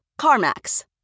CarMax